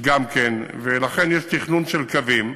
גם כן, ולכן יש תכנון של קווים,